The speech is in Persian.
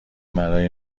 برای